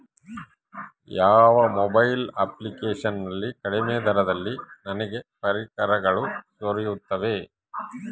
ಯಾವ mobile application ನಲ್ಲಿ ಕಡಿಮೆ ದರದಲ್ಲಿ ನನಗೆ ಪರಿಕರಗಳು ದೊರೆಯುತ್ತವೆ?